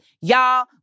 y'all